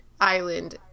island